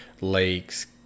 lakes